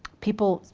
people,